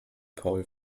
paul